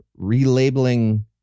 Relabeling